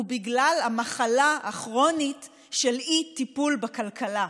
הוא בגלל המחלה הכרונית של אי-טיפול בכלכלה.